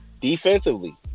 defensively